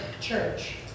Church